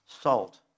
salt